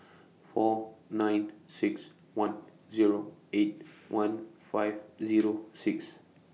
four nine six one Zero eight one five Zero six